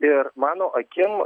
ir mano akim